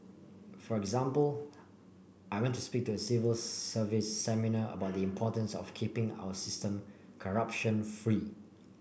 for example I went to speak to a civil service seminar about the importance of keeping our system corruption free